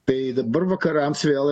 tai dabar vakarams vėl